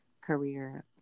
career